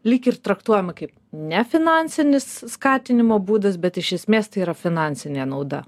lyg ir traktuojama kaip nefinansinis skatinimo būdas bet iš esmės tai yra finansinė nauda